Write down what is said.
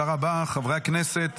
הכנסת